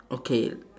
okay